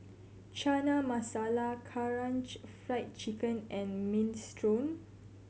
Chana Masala Karaage Fried Chicken and Minestrone